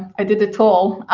i did it all,